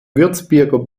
würzburger